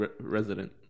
resident